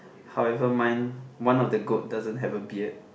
however mine one of the goat doesn't have a beard